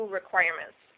requirements